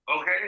Okay